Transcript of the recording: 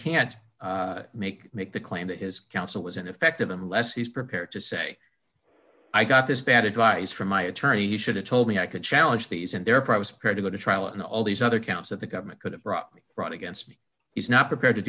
can't make make the claim that his counsel was ineffective unless he's prepared to say i got this bad advice from my attorney he should have told me i could challenge these and therefore i was proud to go to trial and all these other counts of the government could have brought me brought against me he's not prepared to